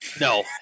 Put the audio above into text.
No